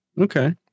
Okay